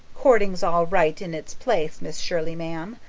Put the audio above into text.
courting's all right in its place, miss shirley, ma'am,